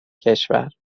کشور